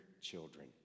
children